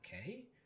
okay